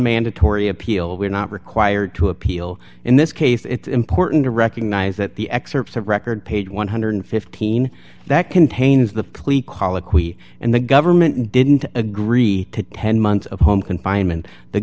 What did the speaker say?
mandatory appeal we're not required to appeal in this case it's important to recognize that the excerpts of record page one hundred and fifteen that contains the plea colloquy and the government didn't agree to ten months of home confinement the